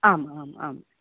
आम् आम् आम्